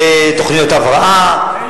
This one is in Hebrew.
לתוכניות הבראה,